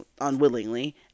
unwillingly